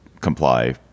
comply